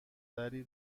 تری